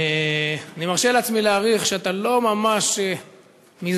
אני מרשה לעצמי להעריך שאתה לא ממש מזדהה,